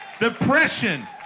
Depression